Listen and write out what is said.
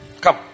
Come